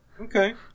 Okay